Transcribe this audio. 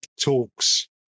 talks